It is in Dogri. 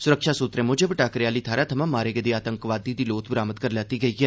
सुरक्षा सूत्रे मूजब टाकरे आली थाहर थमां मारे गेदे आतंकवादी दा शव बरामद करी लैता गेआ ऐ